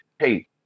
Hey